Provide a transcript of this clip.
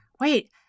wait